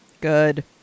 Good